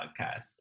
podcast